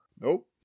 Nope